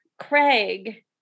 Craig